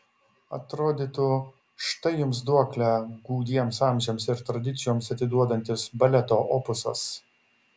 atrodytų štai jums duoklę gūdiems amžiams ir tradicijoms atiduodantis baleto opusas